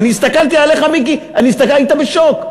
אני הסתכלתי עליך, מיקי, היית בשוק.